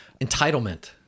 entitlement